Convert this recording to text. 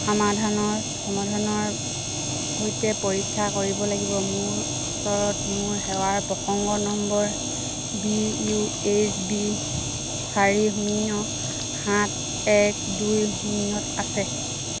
সামাধানৰ সমাধানৰ সৈতে পৰীক্ষা কৰিব লাগিব মোৰ ওচৰত মোৰ সেৱাৰ প্ৰসংগ number B U H B চাৰি শূন্য সাত এক দুই শূন্য আছে